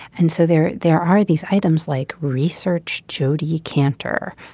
and so there there are these items like research jodi kantor.